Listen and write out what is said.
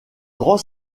grand